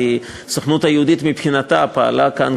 כי הסוכנות היהודית מבחינתה פעלה כאן